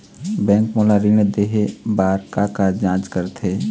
Bank मोला ऋण देहे बार का का जांच करथे?